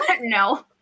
No